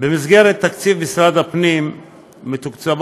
במסגרת תקציב משרד הפנים מתוקצבות